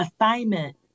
assignment